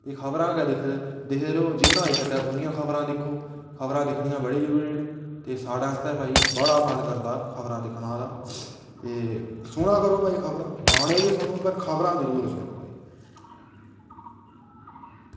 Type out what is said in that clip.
ते खबरां गै दिक्खदे रवेओ जिन्ना होई सकै उन्नियां दिक्खो खबरां दिक्खनां बड़ियां जरूरी न ते साढ़े आस्तै भई बड़ा मन करदा खबरां दिक्खनै आस्तै ते सुना करो भई खबरां गाने बी सुनो पर खबरां जरूर सुनो भई